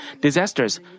disasters